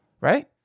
right